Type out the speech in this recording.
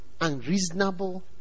unreasonable